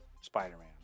Spider-Man